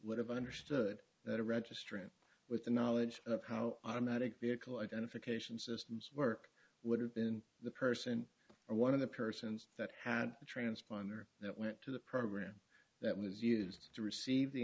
would have understood that a registry with the knowledge of how automatic vehicle identification systems work would have been the person or one of the persons that had a transponder that went to the program that was used to receive the